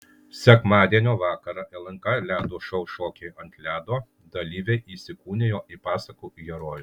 sekmadienio vakarą lnk ledo šou šokiai ant ledo dalyviai įsikūnijo į pasakų herojus